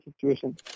situation